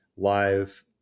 live